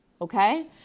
Okay